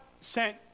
sent